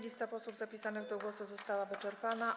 Lista posłów zapisanych do głosu została wyczerpana.